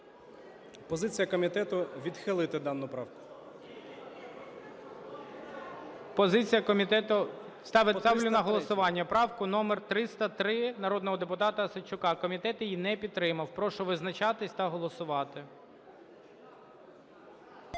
Позиція комітету - відхилити дану правку. ГОЛОВУЮЧИЙ. Ставлю на голосуванню правку номер 303, народного депутата Осадчука. Комітет її не підтримав. Прошу визначатись та голосувати.